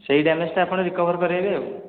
ସେଇ ଡ୍ୟାମେଜ୍ଟା ଆପଣ ରିକଭର୍ କରାଇବେ ଆଉ